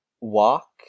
walk